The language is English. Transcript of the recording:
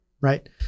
Right